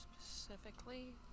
specifically